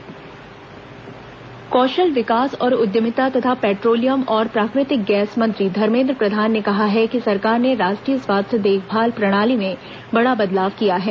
स्वास्थ्य शिखर सम्मेलन कौशल विकास और उद्यमिता तथा पेट्रोलियम और प्राकृतिक गैस मंत्री धर्मेन्द्र प्रधान ने कहा है कि सरकार ने राष्ट्रीय स्वास्थ्य देखभाल प्रणाली में बड़ा बदलाव किया है